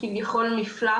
כביכול מפלט,